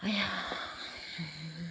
ꯑꯩꯌꯥ